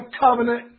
covenant